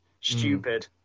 stupid